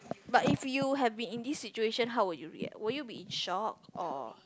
but if you have be in this situation how would you react would you be in shock or